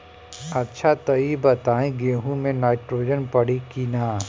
अच्छा त ई बताईं गेहूँ मे नाइट्रोजन पड़ी कि ना?